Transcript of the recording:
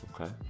Okay